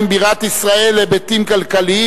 32 בעד, אין מתנגדים,